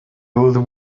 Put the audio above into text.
old